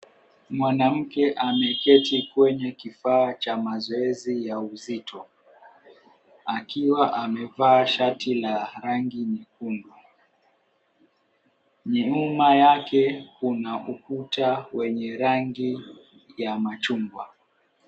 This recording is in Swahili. Mwanamke ameketi kwenye Kifaa cha mazoezi ya uzito, akiwa amevaa shati la rangi nyekundu na nyuma yake kuna ukuta wenye rangi ya machungwa.